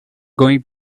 going